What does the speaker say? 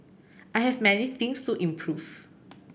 I have many things to improve